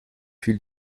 fil